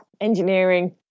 engineering